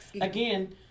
Again